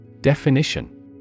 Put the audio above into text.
Definition